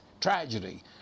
Tragedy